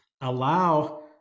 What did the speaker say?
allow